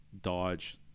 Dodge